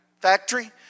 factory